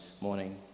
morning